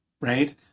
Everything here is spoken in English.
right